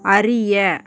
அறிய